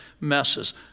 messes